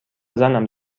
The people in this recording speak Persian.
زنم